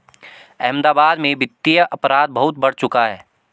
अहमदाबाद में वित्तीय अपराध बहुत बढ़ चुका है